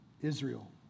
Israel